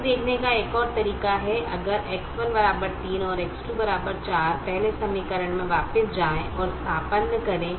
इसे देखने का एक और तरीका है अगर X1 3 और X2 4 पहले समीकरण में वापस जाएं और स्थानापन्न करें